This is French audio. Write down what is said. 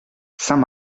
saint